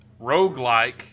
roguelike